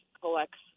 collects